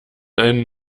einen